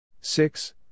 Six